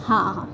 हां हां